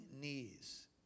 knees